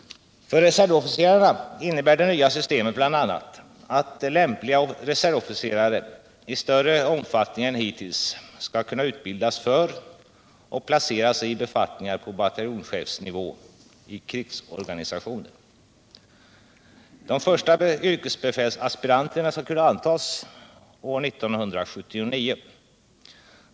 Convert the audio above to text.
För reservofficerarna innebär det nya systemet bl.a. att lämpliga reservofficerare i större omfattning än hittills skall kunna utbildas för och placeras i befattningar på bataljonschefsnivån i krigsorganisationen. De första yrkesbefälsaspiranterna skall kunna antas år 1979.